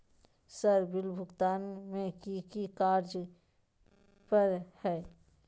Sir bill भुगतान में की की कार्य पर हहै?